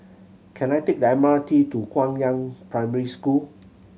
can I take the M R T to Guangyang Primary School